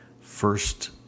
first